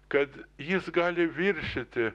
kad jis gali viršyti